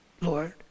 Lord